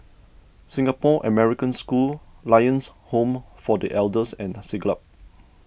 Singapore American School Lions Home for the Elders and Siglap